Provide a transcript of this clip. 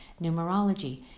numerology